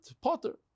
Potter